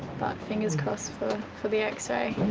but fingers crossed for for the x-ray